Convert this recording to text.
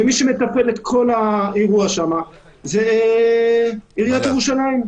ומי שמתפעל את כל האירוע שם זה עיריית ירושלים.